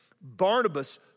Barnabas